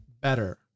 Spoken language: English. better